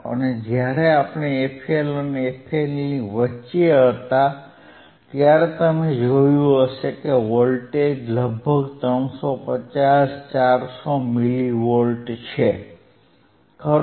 અને જ્યારે આપણે fL અને fH વચ્ચે હતા ત્યારે તમે જોયું હશે કે વોલ્ટેજ લગભગ 350 400 મિલી વોલ્ટ છે ખરું